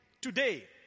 Today